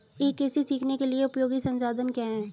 ई कृषि सीखने के लिए उपयोगी संसाधन क्या हैं?